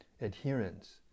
adherence